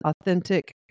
authentic